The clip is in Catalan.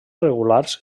regulars